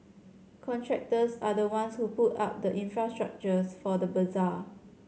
contractors are the ones who put up the infrastructure for the bazaar